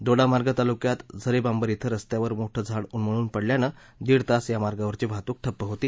दोडामार्ग तालुक्यात झरेबांबर ॐ रस्त्यावर मोठु झाड उन्मळून पडल्यानं दीड तास या मार्गावरची वाहतूक ठप्प झाली होती